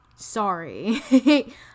Sorry